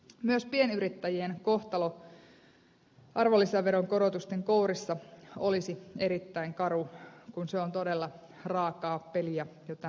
myös pienyrittäjien kohtalo arvonlisäveron korotusten kourissa olisi erittäin karu kun se on todella raakaa peliä jo tänä päivänä